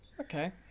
Okay